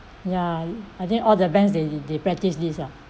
ya I think all the banks they they practise this ah